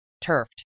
turfed